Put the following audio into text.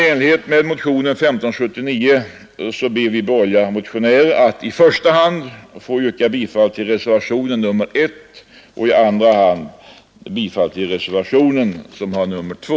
I enlighet med motionen 1579 ber vi borgerliga motionärer att i första hand få yrka bifall till reservationen 1 och i andra hand till reservationen 2.